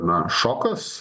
na šokas